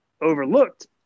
overlooked